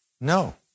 No